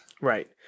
Right